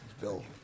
Bill